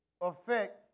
affect